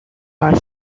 are